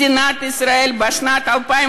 בשנת 2008